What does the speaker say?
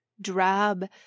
drab